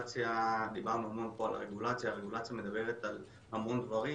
דובר המון פה על הרגולציה הרגולציה מדברת על הרבה דברים,